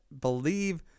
believe